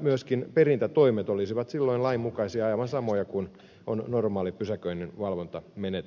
myöskin perintätoimet olisivat silloin lainmukaisia aivan samoja kuin on normaalissa pysäköinninvalvontamenetelmässä